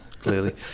clearly